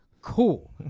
Cool